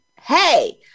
hey